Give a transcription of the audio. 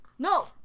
No